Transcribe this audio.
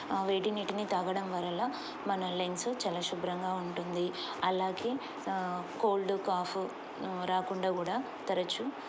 వేడి నటిని తాగడం వల్ల మన లెంగ్స్ చాలా శుభ్రంగా ఉంటుంది అలాగే కోల్డ్ కాఫ్ రాకుండాూ కూడా తరచు